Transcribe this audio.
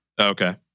Okay